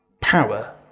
power